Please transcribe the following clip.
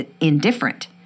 indifferent